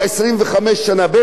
תלוי באיזה מדינה.